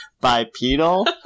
bipedal